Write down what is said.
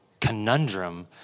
conundrum